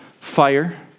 fire